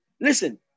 listen